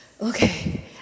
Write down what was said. okay